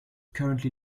currently